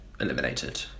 eliminated